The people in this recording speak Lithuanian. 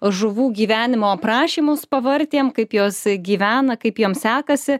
žuvų gyvenimo aprašymus pavartėm kaip jos gyvena kaip jom sekasi